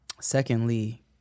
Secondly